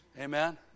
Amen